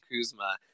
Kuzma